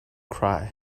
cry